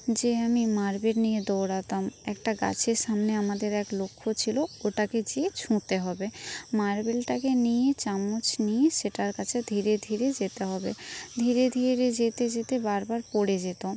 যে আমি মার্বেল নিয়ে দৌড়াতাম একটা গাছের সামনে আমাদের এক লক্ষ্য ছিল ওটাকে যেয়ে ছুঁতে হবে মার্বেলটাকে নিয়ে চামচ নিয়ে সেটার কাছে ধীরে ধীরে যেতে হবে ধীরে ধীরে যেতে যেতে বারবার পড়ে যেত